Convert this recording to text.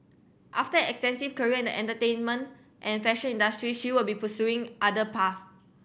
after extensive career and the entertainment and fashion industries she would be pursuing other path